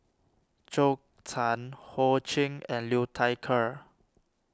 Zhou Can Ho Ching and Liu Thai Ker